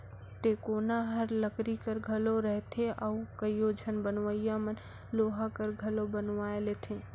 टेकोना हर लकरी कर घलो रहथे अउ कइयो झन बनवइया मन लोहा कर घलो बनवाए लेथे